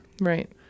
Right